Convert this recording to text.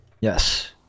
Yes